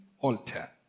altar